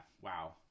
wow